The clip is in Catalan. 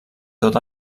tot